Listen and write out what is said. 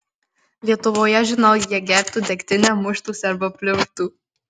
lietuvoje žinau jie gertų degtinę muštųsi arba pliurptų